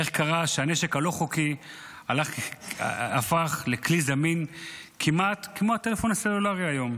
איך קרה שהנשק הלא-חוקי הפך לכלי זמין כמעט כמו הטלפון הסלולרי היום?